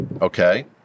Okay